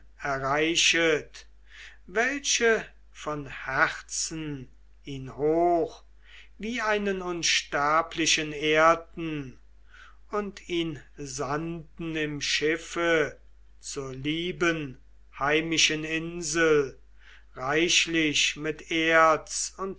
erreichet welche von herzen ihn hoch wie einen unsterblichen ehrten und ihn sandten im schiffe zur lieben heimischen insel reichlich mit erz und